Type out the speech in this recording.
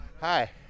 hi